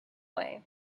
way